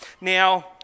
Now